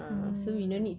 mm